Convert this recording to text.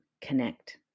connect